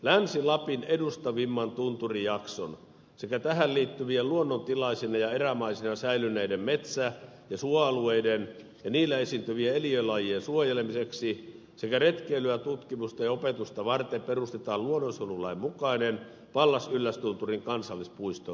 länsi lapin edustavimman tunturijakson sekä tähän liittyvien luonnontilaisina ja erämaisina säilyneiden metsä ja suoalueiden ja niillä esiintyvien eliölajien suojelemiseksi sekä retkeilyä tutkimusta ja opetusta varten perustetaan luonnonsuojelulain mukainen pallas yllästunturin kansallispuisto